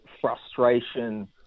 frustration